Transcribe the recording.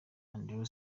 andrew